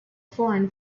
foreign